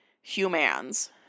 humans